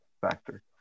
factor